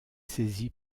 saisi